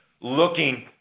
looking